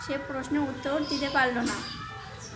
সে প্রশ্নের উত্তর দিতে পারল না